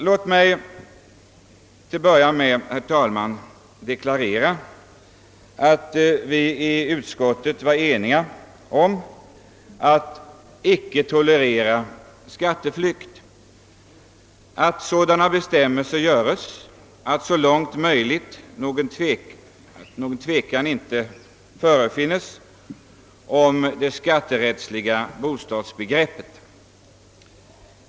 Låt mig inledningsvis, herr talman, deklarera att vi i utskottet varit eniga om att icke tolerera skatteflykt. Sådana bestämmelser bör införas att så långt det är möjligt någon tvekan icke uppstår beträffande det skatterättsliga bostadsbegreppet.